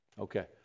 Okay